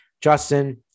Justin